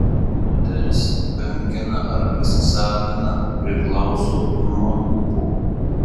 moteris kankina ar pasisavina priklauso nuo ūpo